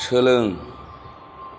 सोलों